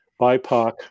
bipoc